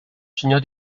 senyor